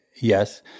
yes